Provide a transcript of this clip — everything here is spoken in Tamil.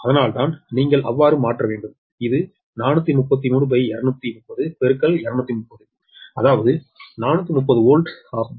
அதனால்தான் நீங்கள் அவ்வாறு மாற்ற வேண்டும் இது 433230230 அதாவது 430 வோல்ட் ஆகும்